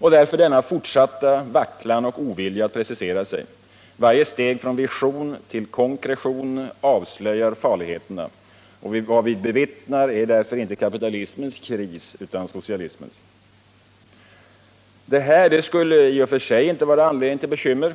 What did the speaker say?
Därför denna fortsatta vacklan och ovilja att precisera sig. Varje steg från vision till konkretion avslöjar farligheterna. Vad vi bevittnar är inte kapitalismens kris utan socialismens kris. Detta skulle nu i och för sig inte vara anledning till bekymmer,